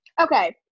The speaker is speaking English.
Okay